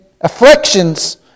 afflictions